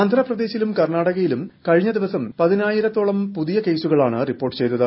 ആന്ധ്രപ്രദേശിലും കർണാടകയിലും കഴിഞ്ഞദിവസം പതിനായിരത്തോളം പുതിയ കേസുകളാണ് റിപ്പോർട്ട് ചെയ്തത്